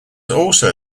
also